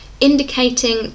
indicating